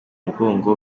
mugongo